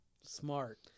Smart